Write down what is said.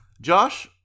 Josh